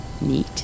neat